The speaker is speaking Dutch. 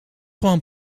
gewoon